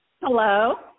Hello